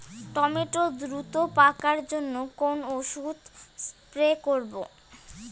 Tomato দ্রুত পাকার জন্য কোন ওষুধ স্প্রে করব?